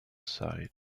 side